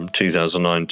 2009